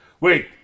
Wait